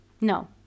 no